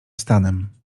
stanem